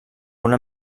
una